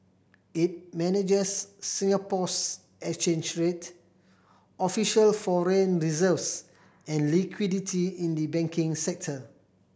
it manages Singapore's exchange rate official foreign reserves and liquidity in the banking sector